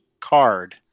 card